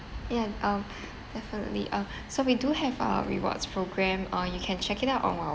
ya uh definitely uh so we do have a rewards program or you can check it out on our